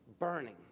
burning